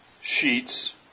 sheets